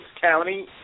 County